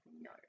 no